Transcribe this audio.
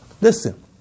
Listen